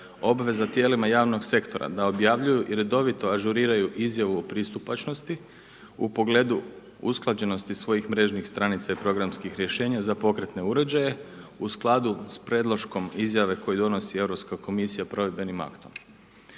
obveza tijelima javnog sektora da objavljuju i redovito ažuriraju izjavu o pristupačnosti u pogledu usklađenosti svojih mrežnih stranica i programskih rješenja za pokretne uređaje u skladu sa predloškom izjave koju donosi Europska komisija provedbenim aktom.